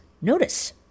notice